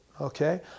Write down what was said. Okay